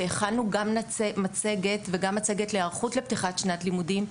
הכנו גם מצגת וגם מצגת להיערכות לפתיחת שנת הלימודים.